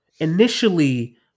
initially